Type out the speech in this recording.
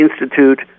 institute